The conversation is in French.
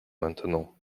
maintenant